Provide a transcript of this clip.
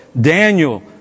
Daniel